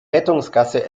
rettungsgasse